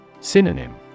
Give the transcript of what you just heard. Synonym